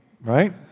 Right